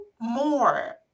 more